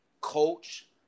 coach